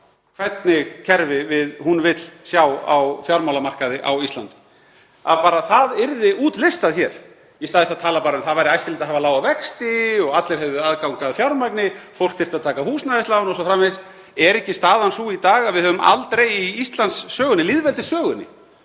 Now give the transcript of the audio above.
hvernig kerfi hún vill sjá á fjármálamarkaði á Íslandi, það yrði útlistað hér, í stað þess að tala bara um að það væri æskilegt að hafa lága vexti og allir hefðu aðgang að fjármagni, fólk þyrfti að taka húsnæðislán o.s.frv.? Er ekki staðan sú í dag að við höfum aldrei í Íslandssögunni, í lýðveldissögunni,